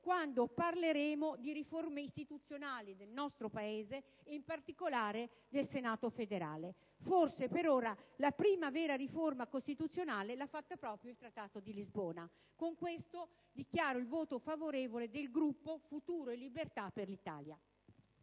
quando parleremo di riforme istituzionali nel nostro Paese e in particolare del Senato federale. Forse per ora la prima vera riforma costituzionale l'ha fatta proprio il Trattato di Lisbona. Dichiaro quindi il voto favorevole del Gruppo Futuro e Libertà per l'Italia.